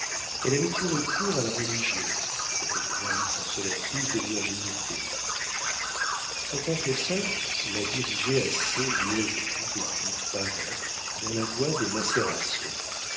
elle avait eu recours à la religion cette grande consolatrice des virginités son confesseur la dirigeait assez niaisement depuis trois ans dans la voie des macérations